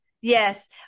Yes